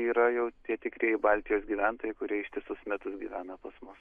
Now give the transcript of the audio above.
yra jau tie tikrieji baltijos gyventojai kurie ištisus metus gyvena pas mus